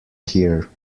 here